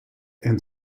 and